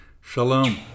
Shalom